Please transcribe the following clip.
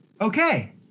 okay